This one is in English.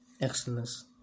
Excellence